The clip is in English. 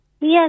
Yes